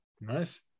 Nice